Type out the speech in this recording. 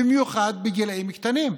במיוחד בגילים קטנים,